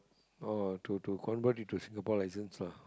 oh to to convert it to Singapore license lah